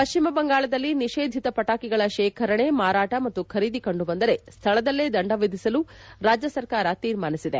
ಪಶ್ಚಿಮ ಬಂಗಾಳದಲ್ಲಿ ನಿಷೇಧಿತ ಪಟಾಕಿಗಳ ಶೇಖರಣೆ ಮಾರಾಟ ಹಾಗೂ ಖರೀದಿ ಕಂಡುಬಂದರೆ ಸ್ನಳದಲ್ಲೇ ದಂಡ ವಿಧಿಸಲು ರಾಜ್ಲ ಸರ್ಕಾರ ತೀರ್ಮಾನಿಸಿದೆ